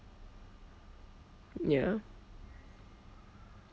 ya